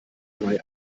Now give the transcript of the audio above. drei